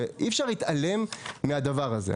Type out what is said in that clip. ואי אפשר להתעלם מהדבר הזה.